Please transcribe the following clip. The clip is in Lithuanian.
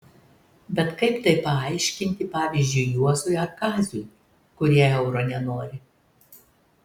bet kaip tai paaiškinti pavyzdžiui juozui ar kaziui kurie euro nenori